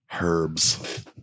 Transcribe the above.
Herbs